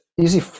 easy